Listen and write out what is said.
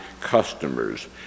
customers